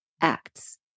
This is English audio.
acts